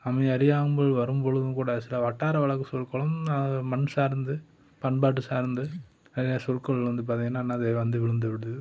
நம்மை அறியாமல் வரும்பொழுதும் கூட சில வட்டார வழக்கு சொற்களும் மண் சார்ந்து பண்பாட்டு சார்ந்து நிறையா சொற்கள் வந்து பார்த்திங்கனா என்னது வந்து விழுந்துவிடுது